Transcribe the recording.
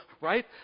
right